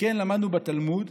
שכן למדנו בתלמוד